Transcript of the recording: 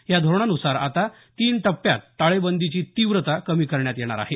या धोरणान्सार आता तीन टप्प्यात टाळेबंदीची तीव्रता कमी करण्यात येणार आहे